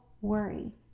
worry